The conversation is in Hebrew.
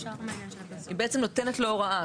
היא בעצם נותנת לו הוראה,